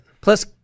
Plus